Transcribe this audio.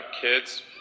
kids